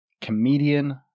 comedian